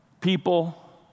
People